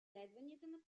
line